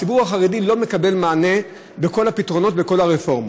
הציבור החרדי לא מקבל מענה בכל הפתרונות ובכל הרפורמות,